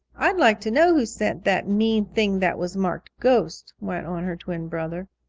i'd like to know who sent that mean thing that was marked ghost, went on her twin brother.